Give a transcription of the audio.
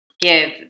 give